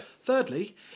thirdly